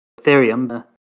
Ethereum